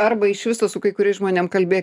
arba iš viso su kai kuriais žmonėm kalbė